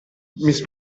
miss